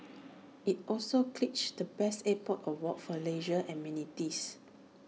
IT also clinched the best airport award for leisure amenities